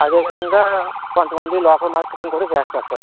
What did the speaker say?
అదే విధంగా కొంతమంది లోకల్ మార్కెటింగ్ కూడా చేస్తారు సార్